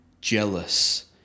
jealous